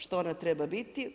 Što ona treba biti.